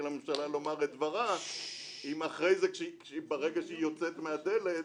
לממשלה לומר את דברה אם ברגע שהיא יוצאת מהדלת,